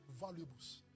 valuables